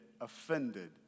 offended